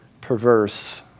perverse